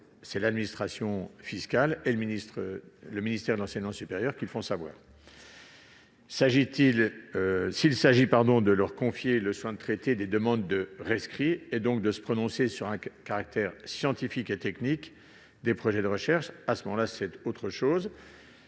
CIR, l'administration fiscale et le ministère de l'enseignement supérieur le font savoir. S'agit-il de lui confier le soin de traiter les demandes de rescrit et donc de se prononcer sur le caractère scientifique et technique des projets de recherche ? Si tel est le cas,